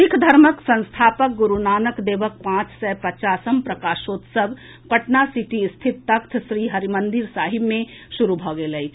सिख धर्मक संस्थापक गुरूनानक देवक पांच सय पचासम प्रकाशोत्सव पटना सिटी स्थित तख्त श्रीहरिमंदिर साहिब मे शुरू भऽ गेल अछि